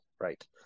right